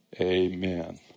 amen